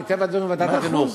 מטבע הדברים ועדת החינוך.